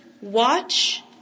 watch